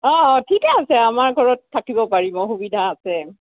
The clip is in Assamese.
অঁ অঁ ঠিকে আছে আমাৰ ঘৰত থাকিব পাৰিব সুবিধা আছে